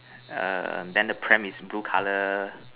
err then the pram is blue colour